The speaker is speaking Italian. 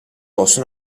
posta